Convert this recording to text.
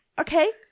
okay